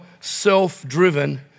self-driven